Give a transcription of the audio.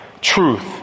Truth